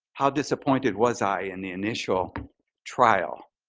how disappointed was i in the initial trial.